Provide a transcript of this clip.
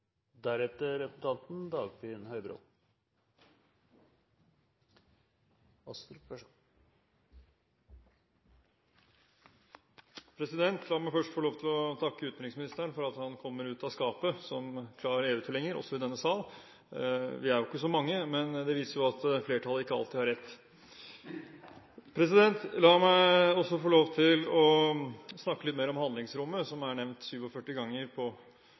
La meg først få lov til å takke utenriksministeren for at han kommer ut av skapet som klar EU-tilhenger også i denne sal. Vi er jo ikke så mange, men det viser at flertallet ikke alltid har rett. La meg også få lov til å snakke litt mer om handlingsrommet, som er nevnt 47 ganger på